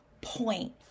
point